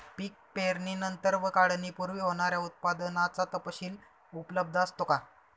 पीक पेरणीनंतर व काढणीपूर्वी होणाऱ्या उत्पादनाचा तपशील उपलब्ध असतो का?